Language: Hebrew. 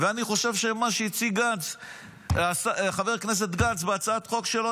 אני חושב שמה שהציג חבר הכנסת גנץ בהצעת החוק שלו,